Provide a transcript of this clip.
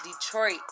Detroit